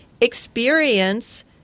experience